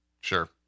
sure